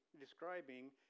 describing